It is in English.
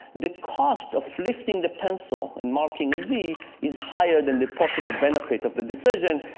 the cost of lifting the pencil and marking a v is higher than the possible benefit of the decision,